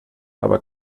aber